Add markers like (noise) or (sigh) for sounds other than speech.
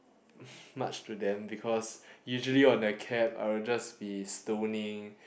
(breath) much to them because usually on a cab I will just be stoning